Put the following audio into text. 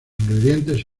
ingredientes